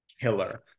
killer